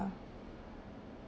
ah